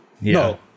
No